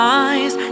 eyes